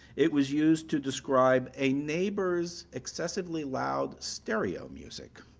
it was used to describe a neighbor's excessively loud stereo music.